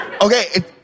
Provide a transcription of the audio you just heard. Okay